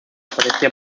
aprecia